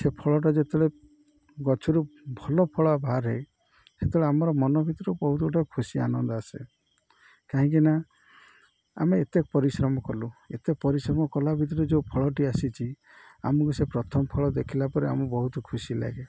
ସେ ଫଳଟା ଯେତେବେଳେ ଗଛରୁ ଭଲ ଫଳ ବାହାରେେ ସେତେବେଳେ ଆମର ମନ ଭିତରୁ ବହୁତ ଗୋଟେ ଖୁସି ଆନନ୍ଦ ଆସେ କାହିଁକିନା ଆମେ ଏତେ ପରିଶ୍ରମ କଲୁ ଏତେ ପରିଶ୍ରମ କଲା ଭିତରେ ଯେଉଁ ଫଳଟି ଆସିଛି ଆମକୁ ସେ ପ୍ରଥମ ଫଳ ଦେଖିଲା ପରେ ଆମକୁ ବହୁତ ଖୁସି ଲାଗେ